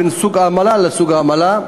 בין סוג עמלה לסוג עמלה.